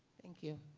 thank you.